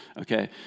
okay